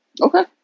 Okay